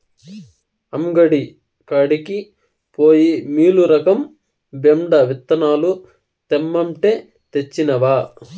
అంగడి కాడికి పోయి మీలురకం బెండ విత్తనాలు తెమ్మంటే, తెచ్చినవా